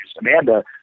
Amanda